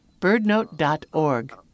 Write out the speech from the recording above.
birdnote.org